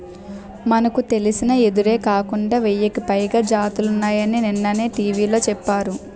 మనకు తెలిసిన వెదురే కాకుండా వెయ్యికి పైగా జాతులున్నాయని నిన్ననే టీ.వి లో చెప్పారు